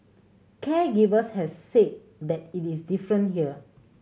caregivers have said that it is different here